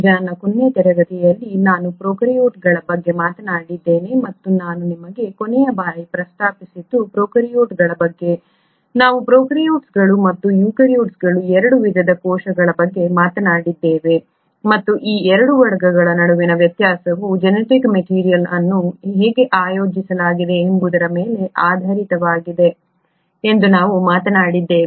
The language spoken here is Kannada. ಈಗ ನನ್ನ ಕೊನೆಯ ತರಗತಿಯಲ್ಲಿ ನಾನು ಪ್ರೊಕಾರ್ಯೋಟ್ಗಳ ಬಗ್ಗೆ ಮಾತನಾಡಿದ್ದೇನೆ ಮತ್ತು ನಾನು ನಿಮಗೆ ಕೊನೆಯ ಬಾರಿ ಪ್ರಸ್ತಾಪಿಸಿದ್ದು ಪ್ರೊಕಾರ್ಯೋಟ್ಗಳ ಬಗ್ಗೆ ನಾವು ಪ್ರೊಕಾರ್ಯೋಟ್ಗಳು ಮತ್ತು ಯೂಕ್ಯಾರಿಯೋಟ್ಗಳ 2 ವಿಧದ ಕೋಶಗಳ ಬಗ್ಗೆ ಮಾತನಾಡಿದ್ದೇವೆ ಮತ್ತು ಈ 2 ವರ್ಗಗಳ ನಡುವಿನ ವ್ಯತ್ಯಾಸವು ಜೆನೆಟಿಕ್ ಮೆಟೀರಿಯಲ್ ಅನ್ನು ಹೇಗೆ ಆಯೋಜಿಸಲಾಗಿದೆ ಎಂಬುದರ ಮೇಲೆ ಆಧಾರಿತವಾಗಿದೆ ಎಂದು ನಾವು ಮಾತನಾಡಿದ್ದೇವೆ